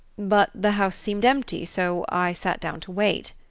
but the house seemed empty so i sat down to wait.